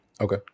Okay